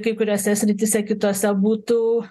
kai kuriose srityse kitose būtų